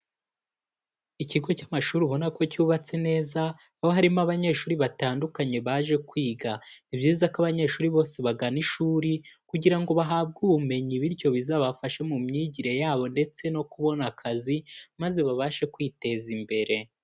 Ikigo cy'amashuri ubona ko cyubatse neza, haba harimo abanyeshuri batandukanye baje kwiga, ni byiza ko abanyeshuri bose bagana ishuri, kugira ngo bahabwe ubumenyi bityo bizabafashe mu myigire yabo ndetse no kubona akazi, maze babashe kwiteza imbere.